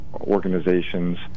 organizations